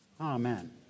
Amen